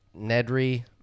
Nedry